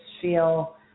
feel